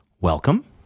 Welcome